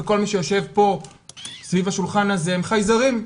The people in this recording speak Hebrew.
וכל מי שיושב פה סביב השולחן הזה חייזרים.